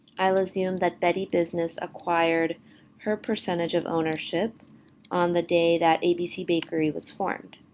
i'll assume that betty business acquired her percentage of ownership on the day that abc bakery was formed,